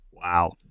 Wow